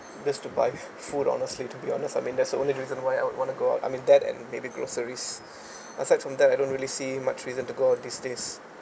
just to buy food honestly to be honest I mean that's the only reason why I would want to go out I mean that and maybe groceries aside from that I don't really see much reason to go out these days